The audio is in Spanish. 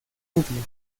rubio